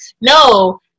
No